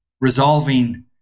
resolving